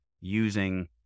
using